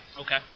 Okay